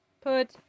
Put